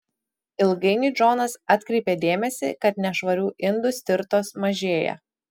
ilgainiui džonas atkreipė dėmesį kad nešvarių indų stirtos mažėja